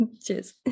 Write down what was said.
Cheers